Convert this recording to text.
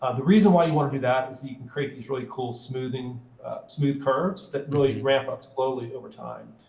ah the reason why you want to do that is you can create these really cool, smooth and smooth curves that really ramp up slowly over time.